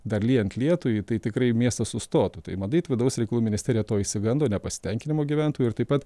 dar lyjant lietui tai tikrai miestas sustotų tai matyt vidaus reikalų ministerija to išsigando nepasitenkinimo gyventojų ir taip pat